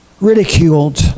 ridiculed